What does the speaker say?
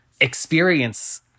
experience